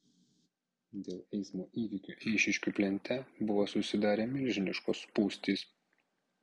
dėl eismo įvykio eišiškių plente buvo susidarę milžiniškos spūstys